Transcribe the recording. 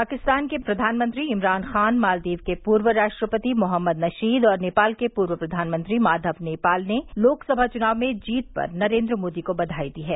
पाकिस्तान के प्रधानमंत्री इमरान खान मालदीव के पूर्व राष्ट्रपति मोहम्मद नशीद और नेपाल के पूर्व प्रधानमंत्री माधव नेपाल ने लोकसभा चुनाव में जीत पर नरेन्द्र मोदी को बधाई दी है